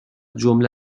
جمله